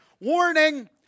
warning